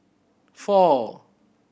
four